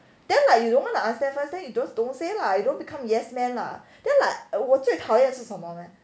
then like you don't understand first then you don't say lah you don't become yes man lah then like 我最讨厌是什么 meh